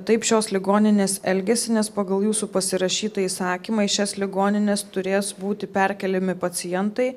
taip šios ligoninės elgiasi nes pagal jūsų pasirašytą įsakymą į šias ligonines turės būti perkeliami pacientai